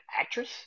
actress